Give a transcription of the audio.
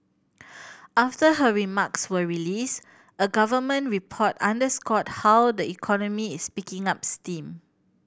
after her remarks were released a government report underscored how the economy is picking up steam